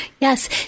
Yes